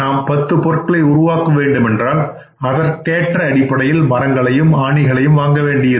நாம் பத்து பொருட்களை உருவாக்க வேண்டும் என்றால் அதற்கேற்ற அடிப்படையில் மரங்களையும் ஆணிகளையும் வாங்க வேண்டியிருக்கும்